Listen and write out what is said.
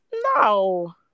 No